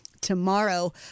tomorrow